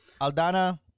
Aldana